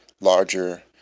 larger